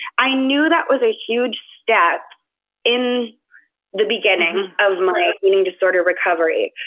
i knew that was a huge step in the beginning of my eating disorder recovery.